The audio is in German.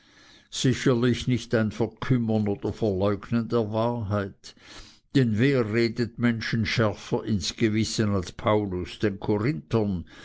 sicherlich nicht ein verkümmern oder verleugnen der wahrheit denn wer redet menschen schärfer ins gewissen als paulus den korinthern